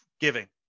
giving